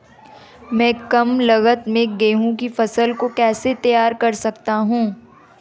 मैं कम लागत में गेहूँ की फसल को कैसे तैयार कर सकता हूँ?